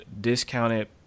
discounted